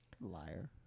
Liar